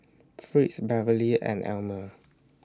Fritz Beverley and Elmire